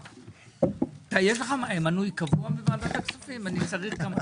יש לך מנוי קבוע בוועדת הכספים.